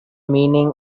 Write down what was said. meaning